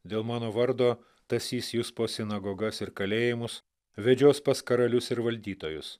dėl mano vardo tąsys jus po sinagogas ir kalėjimus vedžios pas karalius ir valdytojus